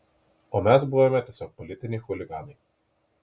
o mes buvome tiesiog politiniai chuliganai